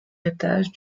étage